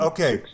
Okay